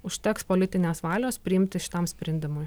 užteks politinės valios priimti šitam sprendimui